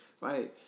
right